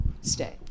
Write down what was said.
stay